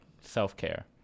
self-care